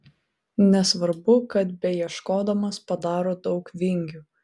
nesvarbu kad beieškodamas padaro daug vingių